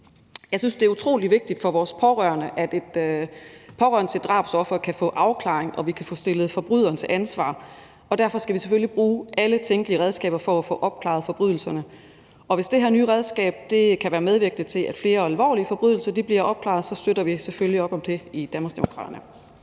Jeg synes, det er utrolig vigtigt for vores pårørende, at pårørende til et drabsoffer kan få en afklaring, og vi kan få stillet forbryderen til ansvar, og derfor skal vi selvfølgelig bruge alle tænkelige redskaber for at få opklaret forbrydelserne. Og hvis det her nye redskab kan være medvirkende til, at flere alvorlige forbrydelser bliver opklaret, så støtter vi selvfølgelig op om det i